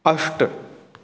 अष्ट